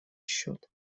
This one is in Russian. счет